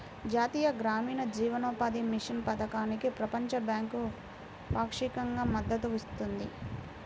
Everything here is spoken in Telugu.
జాతీయ గ్రామీణ జీవనోపాధి మిషన్ పథకానికి ప్రపంచ బ్యాంకు పాక్షికంగా మద్దతు ఇస్తుంది